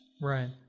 Right